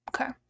Okay